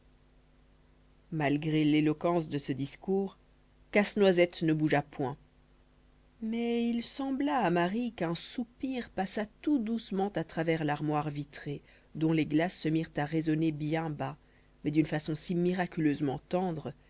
malgré l'éloquence de ce discours casse-noisette ne bougea point mais il sembla à marie qu'un soupir passa tout doucement à travers l'armoire vitrée dont les glaces se mirent à résonner bien bas mais d'une façon si miraculeusement tendre